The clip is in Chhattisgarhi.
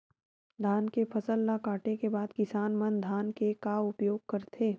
धान के फसल ला काटे के बाद किसान मन धान के का उपयोग करथे?